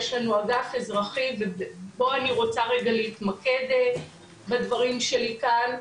יש לנו אגף אזרחי ופה אני רוצה רגע להתמקד בדברים שלי כאן,